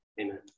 Amen